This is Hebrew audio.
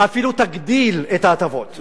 אפילו תגדיל את ההטבות.